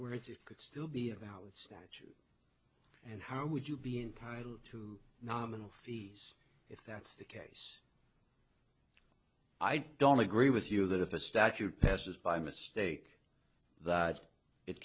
words it could still be about with that and how would you be entitled to nominal fee if that's the case i don't agree with you that if a statute passes by mistake that it